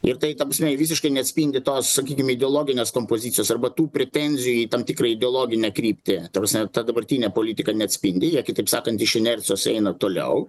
ir tai ta prasme visiškai neatspindi tos sakykim ideologinės kompozicijos arba tų pretenzijų į tam tikrą ideologinę kryptį ta prasme ta dabartinė politika neatspindi ji kitaip sakant iš inercijos eina toliau